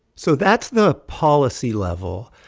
so that's the policy level.